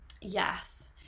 Yes